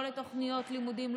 לא לתוכניות לימודים,